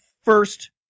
first